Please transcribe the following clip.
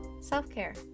Self-care